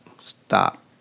stop